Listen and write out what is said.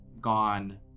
Gone